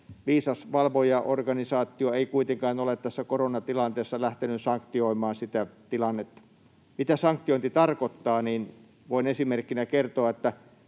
viisas valvojaorganisaatio ei kuitenkaan ole tässä koronatilanteessa lähtenyt sanktioimaan sitä tilannetta. Mitä sanktiointi tarkoittaa? Voin esimerkkinä kertoa, että